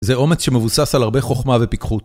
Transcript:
זה אומץ שמבוסס על הרבה חוכמה ופיכחות